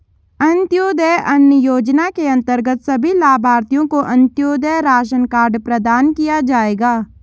अंत्योदय अन्न योजना के अंतर्गत सभी लाभार्थियों को अंत्योदय राशन कार्ड प्रदान किया जाएगा